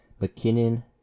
McKinnon